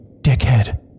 Dickhead